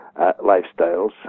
lifestyles